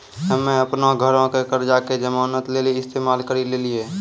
हम्मे अपनो घरो के कर्जा के जमानत लेली इस्तेमाल करि लेलियै